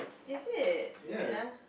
is it wait ah